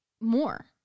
more